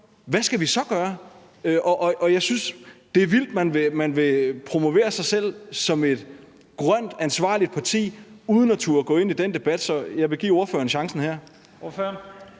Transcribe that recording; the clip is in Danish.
hvad vi så skal gøre. Og jeg synes, det er vildt, at man vil promovere sig selv som et grønt, ansvarligt parti uden at turde gå ind i den debat, så jeg vil give ordføreren chancen her.